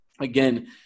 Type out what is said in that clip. Again